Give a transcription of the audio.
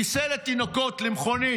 כיסא לתינוקות למכונית,